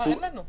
לא, אין לנו.